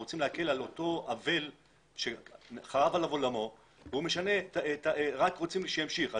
אנחנו רוצים להקל על אותו אבל שחרב עליו עולמו ורק רוצים שימשיך.